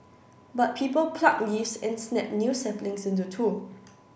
but people pluck leaves and snap new saplings into two